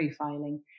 profiling